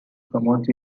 promote